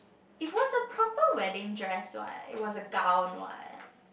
it was a proper wedding dress so I it was a gown what